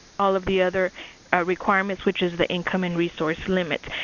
all of the other requirements which is the income and resource limits.